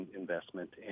investment